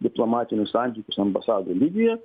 diplomatinių santykių su ambasada lygyje